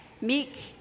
Meek